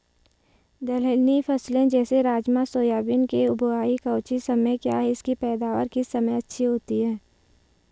दलहनी फसलें जैसे राजमा सोयाबीन के बुआई का उचित समय क्या है इसकी पैदावार किस समय अच्छी होती है?